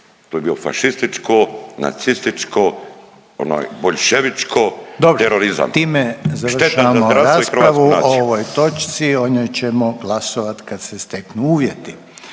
To je bio fašističko, nacističko, onaj boljševičko terorizam.